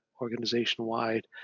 organization-wide